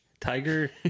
Tiger